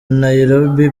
nairobi